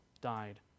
died